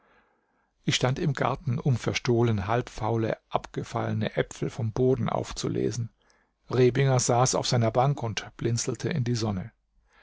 ich stand im garten um verstohlen halbfaule abgefallene äpfel vom boden aufzulesen rebinger saß auf seiner bank und blinzelte in die sonne